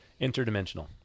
Interdimensional